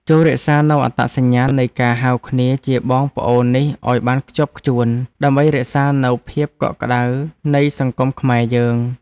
ចូររក្សានូវអត្តសញ្ញាណនៃការហៅគ្នាជាបងប្អូននេះឱ្យបានខ្ជាប់ខ្ជួនដើម្បីរក្សានូវភាពកក់ក្តៅនៃសង្គមខ្មែរយើង។